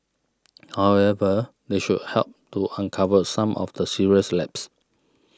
however they should help to uncover some of the serious lapses